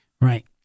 Right